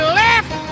left